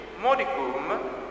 modicum